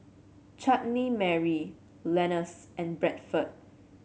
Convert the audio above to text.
Chutney Mary Lenas and Bradford